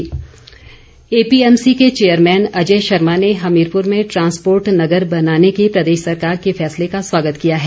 Ajay Sharma APMC के chairman Ajay Sharma ने हमीरपुर में ट्रांसपोर्ट नगर बनाने के प्रदेश सरकार के फैसले का स्वागत किया है